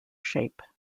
shape